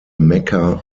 mecca